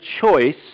choice